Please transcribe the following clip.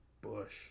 Bush